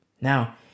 Now